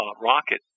rocket